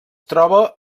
troba